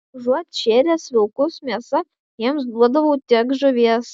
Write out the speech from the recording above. užuot šėręs vilkus mėsa jiems duodavau tik žuvies